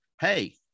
hey